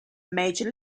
major